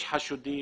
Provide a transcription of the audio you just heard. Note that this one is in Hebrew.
יש חשודים.